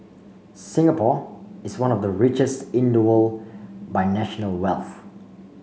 Singapore is one of the richest in the world by national wealth